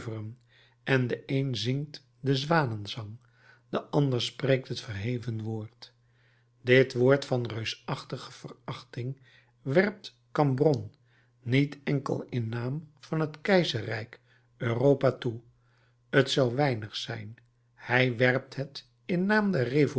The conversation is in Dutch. en de een zingt den zwanenzang de ander spreekt het verheven woord dit woord van reusachtige verachting werpt cambronne niet enkel in naam van het keizerrijk europa toe t zou weinig zijn hij werpt het in naam der